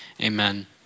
amen